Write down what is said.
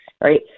Right